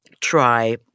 try